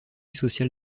social